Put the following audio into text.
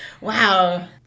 wow